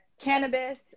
cannabis